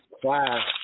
class